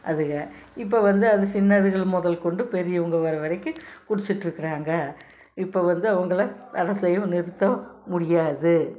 அதுகள் இப்போது வந்து அது சின்னதுகள் முதற்கொண்டு பெரியவங்க வர வரைக்கும் குடிச்சுட்டிருக்குறாங்க இப்போது வந்து அவங்களை வேலை செய்ய நிறுத்த முடியாது